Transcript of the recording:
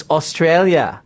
Australia